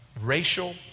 racial